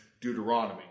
Deuteronomy